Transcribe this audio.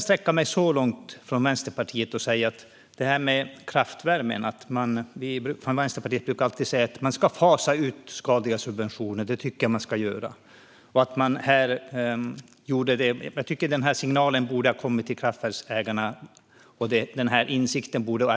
Vi från Vänsterpartiet brukar alltid säga att man ska fasa ut skadliga subventioner, och jag kan när det gäller kraftvärmen sträcka mig så långt som att säga att denna signal till kraftverksägarna borde ha kommit tidigare.